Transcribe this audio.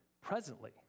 presently